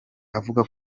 avuga